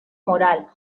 moral